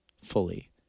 fully